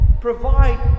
provide